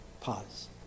Pause